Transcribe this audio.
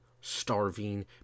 starving